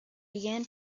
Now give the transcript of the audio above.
began